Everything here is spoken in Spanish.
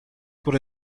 por